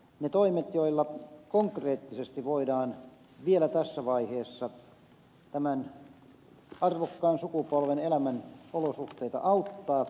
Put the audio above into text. ne toimet joilla konkreettisesti voidaan vielä tässä vaiheessa tämän arvokkaan sukupolven elämän olosuhteita auttaa ovat tarpeen